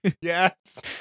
Yes